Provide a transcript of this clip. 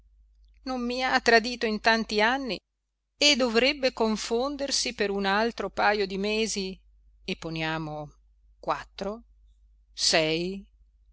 non mi ha tradito in tanti anni e dovrebbe confondersi per un altro pajo di mesi e poniamo quattro sei